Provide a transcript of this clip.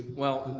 well